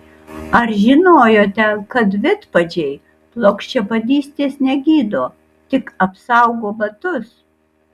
ar žinojote kad vidpadžiai plokščiapadystės negydo tik apsaugo batus